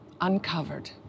uncovered